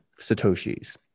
satoshis